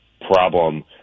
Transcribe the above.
problem